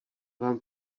vám